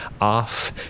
off